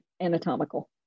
anatomical